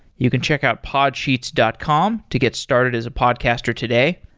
you can check out podsheets dot com to get started as a podcaster today.